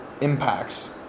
impacts